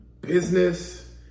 business